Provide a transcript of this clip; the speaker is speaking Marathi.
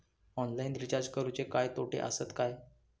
ऑनलाइन रिचार्ज करुचे काय तोटे आसत काय?